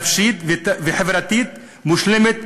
נפשית וחברתית מושלמת,